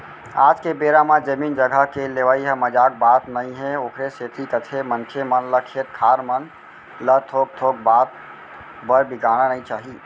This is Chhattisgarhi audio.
आज के बेरा म जमीन जघा के लेवई ह मजाक बात नई हे ओखरे सेती कथें मनखे मन ल खेत खार मन ल थोक थोक बात बर बिगाड़ना नइ चाही